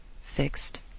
fixed